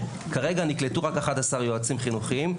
כרגע נקלטו רק 11 יועצים חינוכיים.